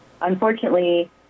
Unfortunately